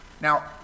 Now